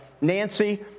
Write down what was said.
Nancy